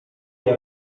nie